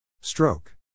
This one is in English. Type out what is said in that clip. Stroke